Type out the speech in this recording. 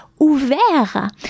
ouvert